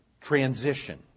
transition